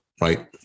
right